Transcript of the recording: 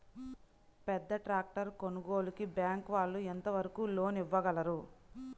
పెద్ద ట్రాక్టర్ కొనుగోలుకి బ్యాంకు వాళ్ళు ఎంత వరకు లోన్ ఇవ్వగలరు?